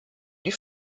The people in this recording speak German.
die